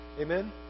Amen